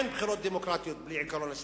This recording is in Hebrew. אין בחירות דמוקרטיות בלי עקרון השוויוניות,